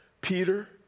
Peter